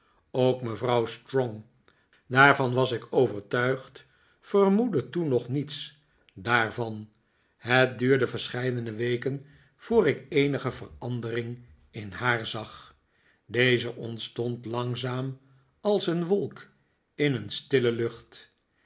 ook mevrouw strong daarvan was ik overtuigd vermoedde toen nog niets daarvan het duurde verscheidene weken voor ik eenige verandering in haar zag deze ontstond langzaam als een wolk in een stille lucht